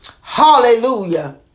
Hallelujah